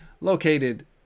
located